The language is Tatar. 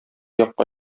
якка